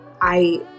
I-